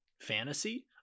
fantasy